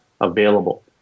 available